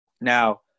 Now